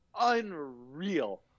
unreal